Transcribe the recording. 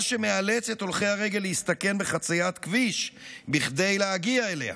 מה שמאלץ הולכי רגל להסתכן בחציית כביש כדי להגיע אליה.